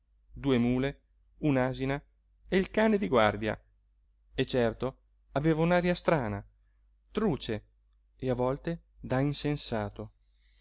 due mule un'asina e il cane di guardia e certo aveva un'aria strana truce e a volte da insensato